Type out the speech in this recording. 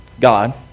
god